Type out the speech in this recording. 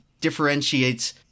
differentiates